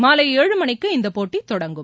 மாலை ஏழு மணிக்கு இந்தப்போட்டி தொடங்கும்